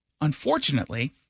Unfortunately